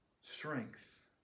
strength